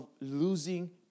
losing